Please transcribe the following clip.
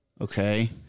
Okay